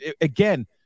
again